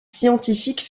scientifique